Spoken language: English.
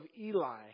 Eli